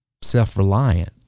self-reliant